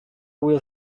will